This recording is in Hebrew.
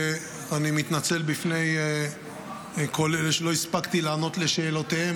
אני מתנצל בפני כל אלה שלא הספקתי לענות על שאלותיהם.